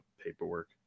paperwork